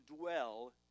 dwell